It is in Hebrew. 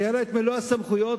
שהיו לה מלוא הסמכויות,